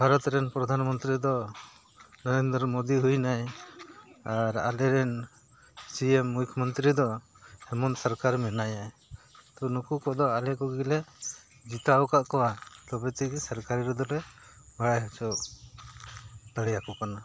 ᱵᱷᱟᱨᱚᱛ ᱨᱮᱱ ᱯᱨᱚᱫᱷᱟᱱ ᱢᱚᱱᱛᱨᱤ ᱫᱚ ᱱᱚᱨᱮᱱᱫᱨᱚ ᱢᱳᱫᱤ ᱦᱩᱭᱱᱟᱭ ᱟᱨ ᱟᱞᱮᱨᱮᱱ ᱥᱤ ᱮᱢ ᱢᱩᱠᱽᱠᱷᱚ ᱢᱚᱱᱛᱨᱤ ᱫᱚ ᱦᱮᱢᱚᱱᱛᱚ ᱥᱚᱨᱠᱟᱨ ᱢᱮᱱᱟᱭᱟ ᱛᱚ ᱱᱩᱠᱩ ᱠᱚᱫᱚ ᱟᱞᱮ ᱠᱚᱜᱮᱞᱮ ᱡᱤᱛᱟᱣ ᱟᱠᱟᱫ ᱠᱚᱣᱟ ᱛᱚᱵᱮ ᱛᱮᱜᱮ ᱥᱚᱨᱠᱟᱨᱤ ᱨᱮᱫᱚ ᱞᱮ ᱵᱟᱲᱟᱭ ᱦᱚᱪᱚ ᱫᱟᱲᱮᱭᱟᱠᱚ ᱠᱟᱱᱟ